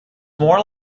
more